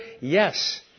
Yes